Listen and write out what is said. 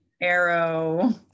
arrow